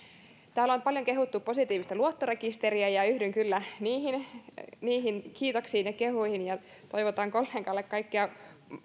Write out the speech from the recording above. täällä on paljon kehuttu positiivista luottorekisteriä ja yhdyn kyllä niihin niihin kiitoksiin ja kehuihin ja toivotan kollegalle kaikkia